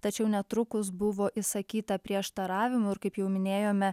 tačiau netrukus buvo išakyta prieštaravimų ir kaip jau minėjome